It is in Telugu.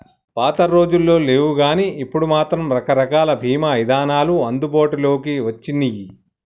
పాతరోజుల్లో లేవుగానీ ఇప్పుడు మాత్రం రకరకాల బీమా ఇదానాలు అందుబాటులోకి వచ్చినియ్యి